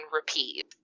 repeat